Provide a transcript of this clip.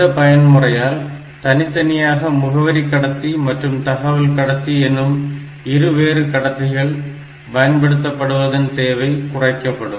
இந்த பயன்முறையால் தனித்தனியாக முகவரி கடத்தி மற்றும் தகவல் கடத்தி எனும் இரு வேறு கடத்திகள் பயன்படுத்தபடுவதன் தேவை குறைக்கப்படும்